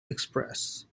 express